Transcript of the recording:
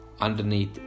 underneath